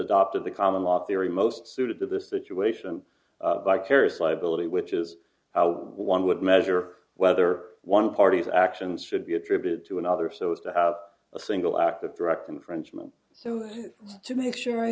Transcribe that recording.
adopted the common law theory most suited to this situation vicarious liability which is how one would measure whether one party's actions should be attributed to another so as to have a single act of direct infringement so to make sure